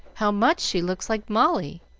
how much she looks like molly!